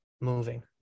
moving